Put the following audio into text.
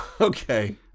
Okay